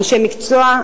אנשי מקצוע,